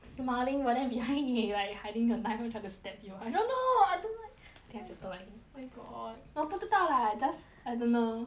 smiling but then behind he like hiding a knife trying to stab you I don't know I don't like think I just don't like him oh my god 我不知道啦 does I don't know